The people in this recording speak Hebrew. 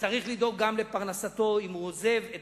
צריך לדאוג גם לפרנסתו אם הוא עוזב את